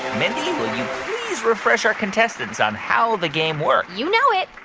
mindy, will you please refresh our contestants on how the game works? you know it.